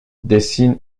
dessine